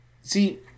See